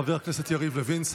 חבר הכנסת יריב לוין,